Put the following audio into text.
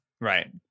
right